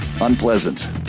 unpleasant